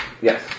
Yes